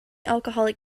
alcoholic